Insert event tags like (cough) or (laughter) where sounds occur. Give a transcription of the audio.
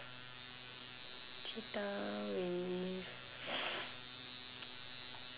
cheetah with (noise)